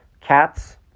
cats